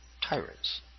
tyrants